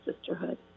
Sisterhood